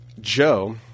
Joe